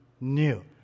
new